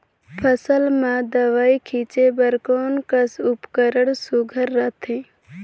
फसल म दव ई छीचे बर कोन कस उपकरण सुघ्घर रथे?